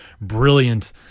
brilliant